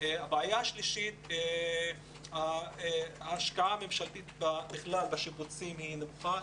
הבעיה השלישית היא ההשקעה הממשלתית בכלל בשיפוצים שהיא נמוכה,